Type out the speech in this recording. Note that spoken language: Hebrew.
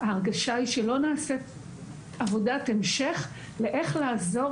ההרגשה היא שלא נעשית עבודת המשך לאיך לעזור